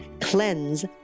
CLEANSE